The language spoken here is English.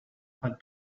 had